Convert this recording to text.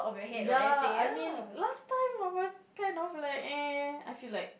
ya I mean last time I was kind of like eh I feel like